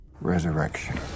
Resurrection